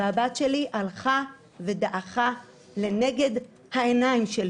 והבת שלי הלכה ודעכה לנגד העיניים שלי